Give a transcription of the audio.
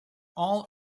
all